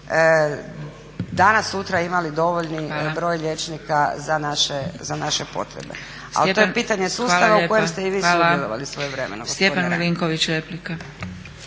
danas sutra imali dovoljan broj liječnika za naše potrebe? Ali to je pitanje sustava u kojem ste i vi sudjelovali svojevremeno